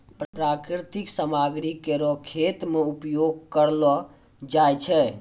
प्राकृतिक सामग्री केरो खेत मे उपयोग करलो जाय छै